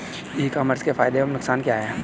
ई commerce के फायदे एवं नुकसान क्या हैं?